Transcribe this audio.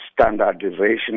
standardization